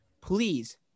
Please